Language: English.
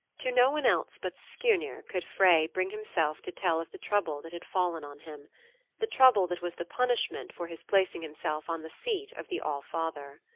to no one else but skirnir could frey bring himself to tell of the trouble that had fallen on him the trouble that was the punishment for his placing himself on the seat of the all-father.